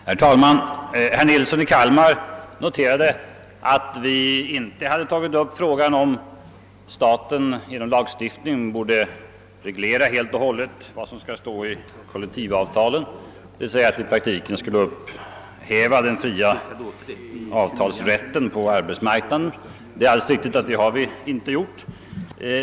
Herr talman! Herr Nilsson i Kalmar noterade att vi inte föreslagit att staten genom lagstiftning helt och hållet borde reglera vad som skall stå i kollektivavtalen, dvs. att i praktiken den fria avtalsrätten mellan arbetsmarknadens parter skulle upphävas. Det är alldeles riktigt.